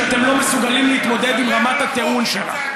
שאתם לא מסוגלים להתמודד עם רמת הטיעון שלה.